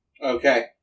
Okay